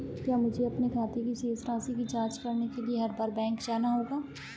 क्या मुझे अपने खाते की शेष राशि की जांच करने के लिए हर बार बैंक जाना होगा?